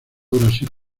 brasil